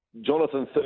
Jonathan